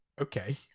okay